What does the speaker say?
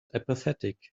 apathetic